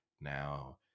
Now